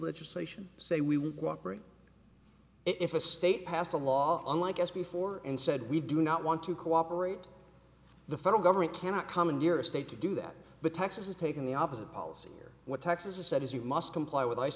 legislation say we would cooperate if a state passed a law like s b for and said we do not want to cooperate the federal government cannot commandeer a state to do that but texas is taking the opposite policy or what texas has said is you must comply with ice